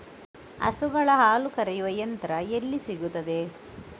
ಹಸುಗಳ ಹಾಲು ಕರೆಯುವ ಯಂತ್ರ ಎಲ್ಲಿ ಸಿಗುತ್ತದೆ?